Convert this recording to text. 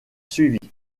suivit